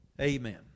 amen